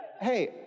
hey